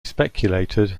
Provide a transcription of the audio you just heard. speculated